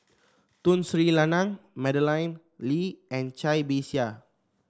Tun Sri Lanang Madeleine Lee and Cai Bixia